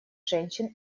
женщин